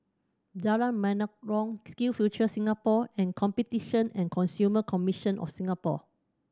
Jalan Menarong Skill Future Singapore and Competition and Consumer Commission of Singapore